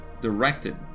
directed